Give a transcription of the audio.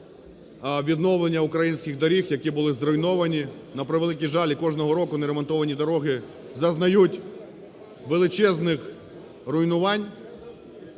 відновлення українських доріг, які були зруйновані, на превеликий жаль, і кожного року не ремонтовані дороги зазнають величезних руйнувань.